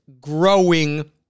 growing